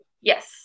Yes